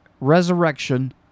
resurrection